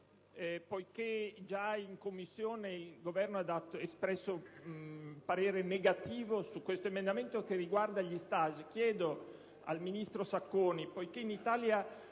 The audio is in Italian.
poiché già in Commissione il Governo ha espresso parere negativo sull'emendamento 48.8 che riguarda gli *stage*, chiedo al ministro Sacconi, poiché in Italia